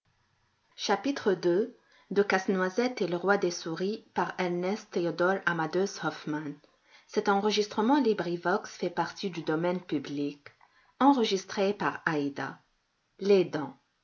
entre casse-noisette et le roi des souris